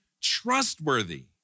trustworthy